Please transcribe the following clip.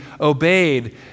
obeyed